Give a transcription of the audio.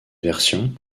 version